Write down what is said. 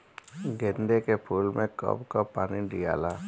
गेंदे के फूल मे कब कब पानी दियाला?